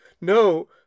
No